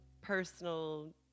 personal